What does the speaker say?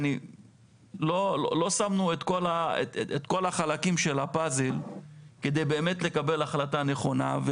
לא שמנו את כל החלקים של הפאזל כדי באמת לקבל החלטה נכונה.